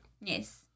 Yes